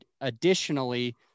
additionally